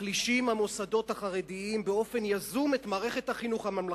מחלישים המוסדות החרדיים באופן יזום את מערכת החינוך הממלכתית.